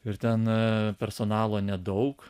ir ten personalo nedaug